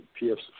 PF's